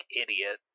idiot